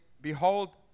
Behold